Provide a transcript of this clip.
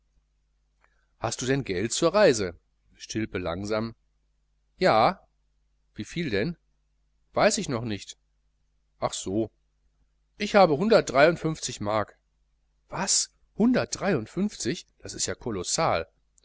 hast du denn geld zur reise stilpe langsam ja wieviel denn weiß ich noch nicht ach so ich habe hundertunddreiundfünfzig mark was hundertunddreiundfünfzig das ist ja kolossal